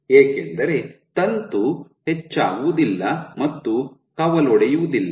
ಏಕೆಂದರೆ ಮೊದಲ ತಂತು ಹೆಚ್ಚಾಗುವುದಿಲ್ಲ ಮತ್ತು ಕವಲೊಡೆಯುವುದಿಲ್ಲ